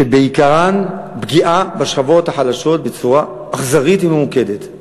שעיקרן פגיעה בשכבות החלשות בצורה אכזרית וממוקדת.